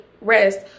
rest